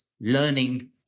learning